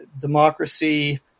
democracy